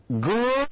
Good